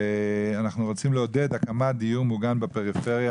רוצים לעודד הקמת דיור מוגן בפריפריה,